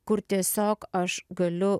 kur tiesiog aš galiu